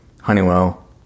Honeywell